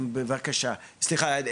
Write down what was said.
סליחה,